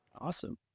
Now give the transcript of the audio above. Awesome